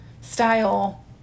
style